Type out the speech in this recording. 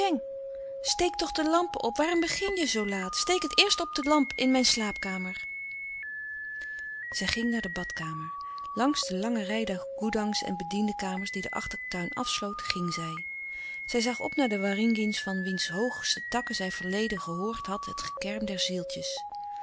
steek toch de lampen op waarom begin je zoo laat steek het eerst op de lamp in mijn slaapkamer zij ging naar de badkamer langs de lange rei der goedangs en bediendenkamers die den achtertuin afsloot ging zij zij zag op naar de waringins van wiens hoogste takken zij verleden gehoord had het gekerm der zieltjes